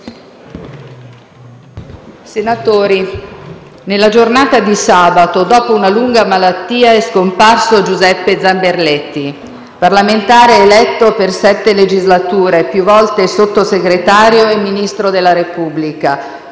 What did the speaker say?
senatori, nella giornata di sabato, dopo una lunga malattia, è scomparso Giuseppe Zamberletti, parlamentare eletto per sette legislature, più volte Sottosegretario e Ministro della Repubblica.